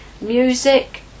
Music